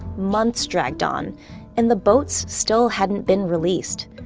months dragged on and the boats still hadn't been released.